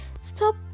stop